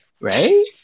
Right